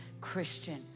Christian